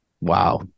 Wow